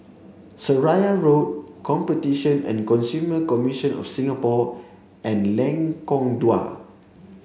Seraya Road Competition and Consumer Commission of Singapore and Lengkong Dua